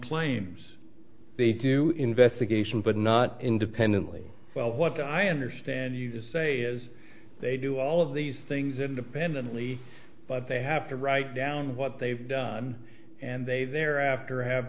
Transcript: planes they do investigation but not independently well what i understand you to say is they do all of these things independently but they have to write down what they've done and they thereafter have